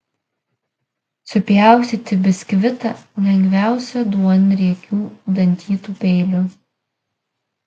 supjaustyti biskvitą lengviausia duonriekiu dantytu peiliu